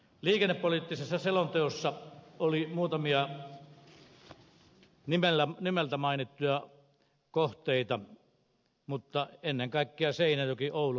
liikennepoliittisessa selonteossa oli muutamia nimeltä mainittuja kohteita mutta ennen kaikkea seinäjokioulu rautatie